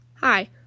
Hi